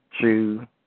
two